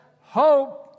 hope